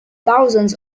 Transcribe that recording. thousands